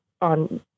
on